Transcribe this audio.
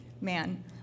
Man